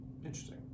interesting